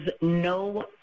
no